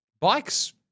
Bikes